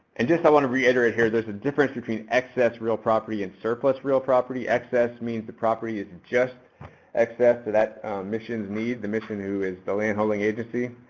and just i want to reiterate here there's a difference between excess real property and surplus real property. excess means the property is just excess to that mission's need, the mission who is the land-holding agency.